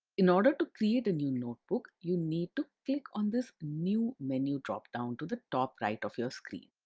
in order to create a new notebook, you need to click on this new menu drop-down to the top right of your screen.